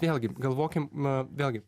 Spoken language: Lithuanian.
vėlgi galvokim vėlgi